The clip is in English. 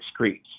excretes